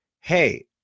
hey